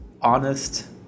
honest